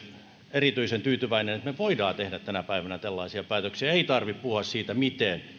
erityisen tyytyväinen että me voimme tehdä tänä päivänä tällaisia päätöksiä että ei tarvitse puhua siitä miten